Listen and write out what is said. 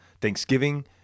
Thanksgiving